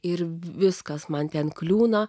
ir viskas man ten kliūna